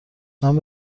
نام